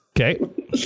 Okay